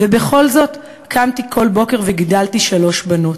ובכל זאת קמתי כל בוקר וגידלתי שלוש בנות.